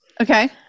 okay